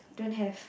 don't have